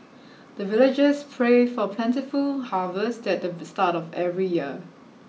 the villagers pray for plentiful harvest at the start of every year